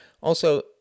Also